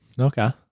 Okay